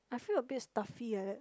I feel a bit stuffy like that